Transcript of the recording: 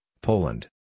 Poland